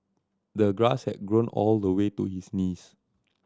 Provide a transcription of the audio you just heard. the grass had grown all the way to his knees